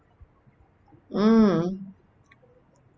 mm